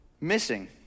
missing